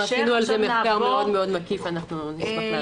אנחנו עשינו על זה מחקר מאוד מקיף ונשמח לעזור.